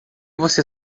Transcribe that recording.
você